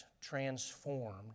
transformed